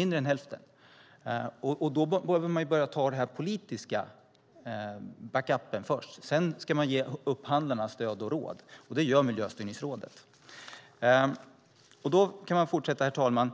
Man behöver ta den politiska backuppen först, och sedan ska man ge upphandlarna stöd och råd. Det gör Miljöstyrningsrådet. Herr talman! Man kan fortsätta med